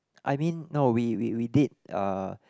I mean no we we we did uh